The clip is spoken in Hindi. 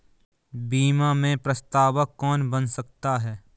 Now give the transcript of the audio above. बीमा में प्रस्तावक कौन बन सकता है?